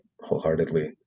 wholeheartedly